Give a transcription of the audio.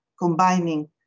combining